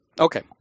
Okay